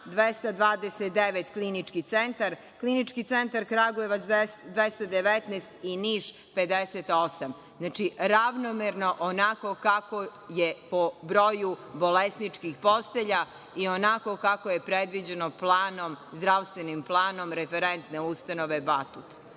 229, Klinički centar, Klinički centar Kragujevac 219 i Niš 58. Znači, ravnomerno, onako kako je po broju bolesničkih postelja i onako kako je predviđeno zdravstvenim planom referentne ustanove „Batut“.